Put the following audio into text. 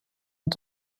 und